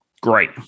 great